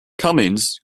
cummings